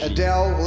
Adele